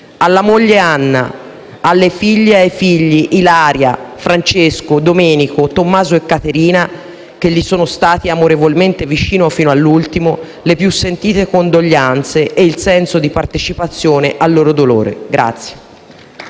Alla moglie Anna, alle figlie e ai figli, Ilaria, Francesco, Domenico, Tommaso e Caterina, che gli sono stati amorevolmente vicino fino all'ultimo le più sentite condoglianze e il senso di partecipazione al loro dolore.